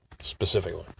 specifically